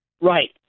Right